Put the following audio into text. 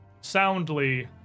soundly